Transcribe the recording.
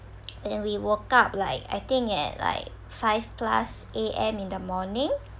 then we woke up like I think at like five plus A_M in the morning